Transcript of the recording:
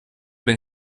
been